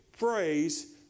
phrase